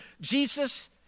Jesus